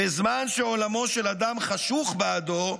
"בזמן שעולמו של אדם חשוך בעדו,